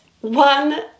one